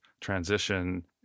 transition